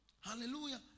hallelujah